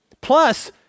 Plus